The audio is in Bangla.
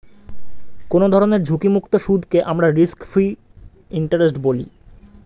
কোনো ধরনের ঝুঁকিমুক্ত সুদকে আমরা রিস্ক ফ্রি ইন্টারেস্ট বলি